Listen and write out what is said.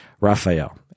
Raphael